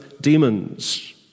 demons